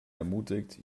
ermutigt